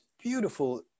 beautiful